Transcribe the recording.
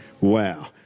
Wow